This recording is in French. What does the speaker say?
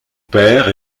père